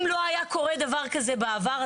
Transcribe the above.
אם לא היה קורה דבר כזה בעבר,